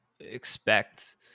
Expect